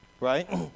right